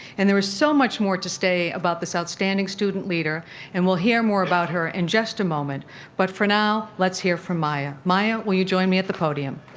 and there is so much more to say about this outstanding student leader and we'll hear more about her in just a moment but, for now, let's hear from maya. maya will you join me at the podium?